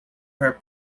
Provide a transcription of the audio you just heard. her